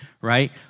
right